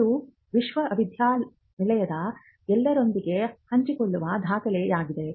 ಅದು ವಿಶ್ವವಿದ್ಯಾನಿಲಯದ ಎಲ್ಲರೊಂದಿಗೆ ಹಂಚಿಕೊಳ್ಳುವ ದಾಖಲೆಯಾಗಿದೆ